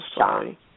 sorry